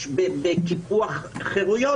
בקיפוח חירויות,